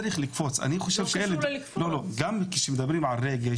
גם כשמדברים על רגש,